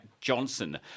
Johnson